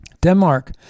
Denmark